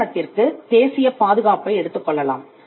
உதாரணத்திற்குத் தேசிய பாதுகாப்பை எடுத்துக் கொள்ளலாம்